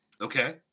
Okay